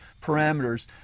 parameters